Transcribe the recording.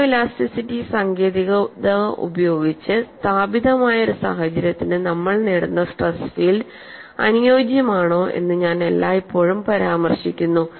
photoelasticity സാങ്കേതികത ഉപയോഗിച്ച് സ്ഥാപിതമായ ഒരു സാഹചര്യത്തിന് നമ്മൾ നേടുന്ന സ്ട്രെസ് ഫീൽഡ് അനുയോജ്യമാണോ എന്ന് ഞാൻ എല്ലായ്പ്പോഴും പരാമർശിക്കുന്നു